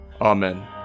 Amen